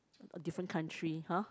a different country !huh!